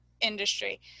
industry